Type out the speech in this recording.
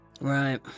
Right